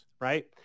right